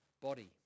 body